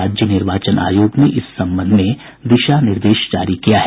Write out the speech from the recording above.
राज्य निर्वाचन आयोग ने इस संबंध में दिशा निर्देश जारी किया है